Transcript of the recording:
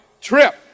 trip